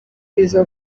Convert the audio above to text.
izo